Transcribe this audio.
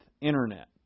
internet